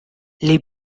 les